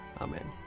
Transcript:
Amen